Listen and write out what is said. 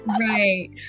Right